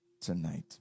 tonight